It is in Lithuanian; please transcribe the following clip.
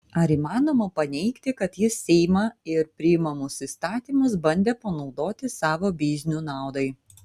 ar įmanoma paneigti kad jis seimą ir priimamus įstatymus bandė panaudoti savo biznių naudai